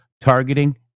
targeting